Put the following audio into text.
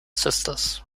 sisters